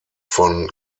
von